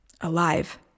Alive